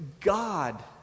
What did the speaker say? God